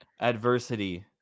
adversity